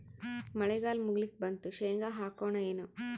ಮಳಿಗಾಲ ಮುಗಿಲಿಕ್ ಬಂತು, ಶೇಂಗಾ ಹಾಕೋಣ ಏನು?